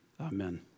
amen